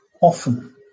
often